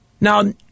Now